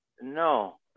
No